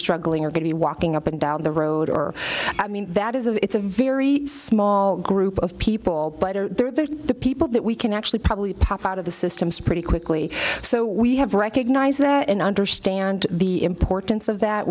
struggling or going to be walking up and down the road or i mean that is of it's a very small group of people there's the people that we can actually probably pop out of the systems pretty quickly so we have recognize that and understand the importance of that